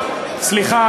סליחה,